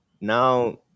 Now